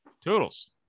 Toodles